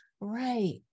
right